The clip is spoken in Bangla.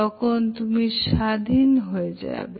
তখন তুমি স্বাধীন হয়ে যাবে